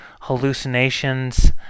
hallucinations